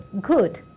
good